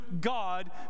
God